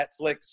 Netflix